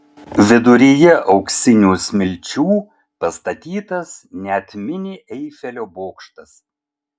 viduryje auksinių smilčių pastatytas net mini eifelio bokštas